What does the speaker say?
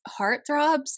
heartthrobs